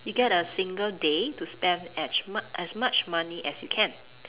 you get a single day to spend as mu~ as much money as you can